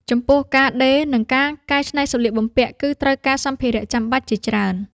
ចំពោះ ការដេរ និងការកែច្នៃសម្លៀកបំពាក់ គឺត្រូវការសម្ភារៈចាំបាច់ជាច្រើន។